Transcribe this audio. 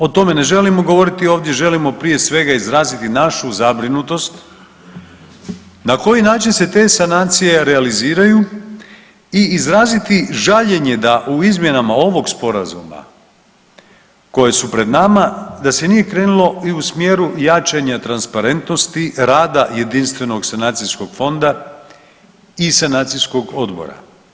O tome ne želimo govoriti, ovdje želimo prije svega izraziti našu zabrinutost na koji način se te sanacije realiziraju i izraziti žaljenje da u izmjenama ovog sporazuma koje su pred nama da se nije krenulo i u smjeru jačanja transparentnosti rada Jedinstvenog sanacijskog fonda i sanacijskog odbora.